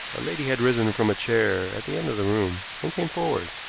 a lady had risen from a chair at the end of the room, and came forward.